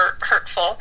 hurtful